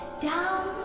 Down